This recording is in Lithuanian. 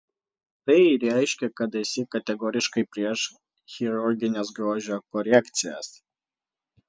tai reiškia kad esi kategoriškai prieš chirurgines grožio korekcijas